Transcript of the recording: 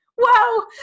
whoa